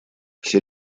все